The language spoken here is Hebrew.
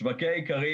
שווקי האיכרים.